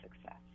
success